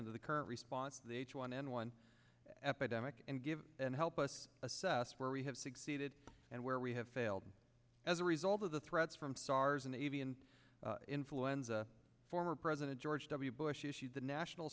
into the current response to one n one epidemic and give and help us assess where we have succeeded and where we have failed as a result of the threats from sars and avian influenza former president george w bush issued the national